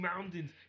mountains